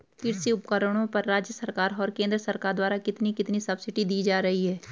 कृषि उपकरणों पर राज्य सरकार और केंद्र सरकार द्वारा कितनी कितनी सब्सिडी दी जा रही है?